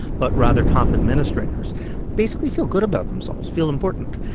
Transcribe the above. but rather top administrators basically feel good about themselves, feel important.